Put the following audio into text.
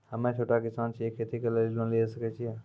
हम्मे छोटा किसान छियै, खेती करे लेली लोन लिये सकय छियै?